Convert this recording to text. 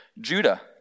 Judah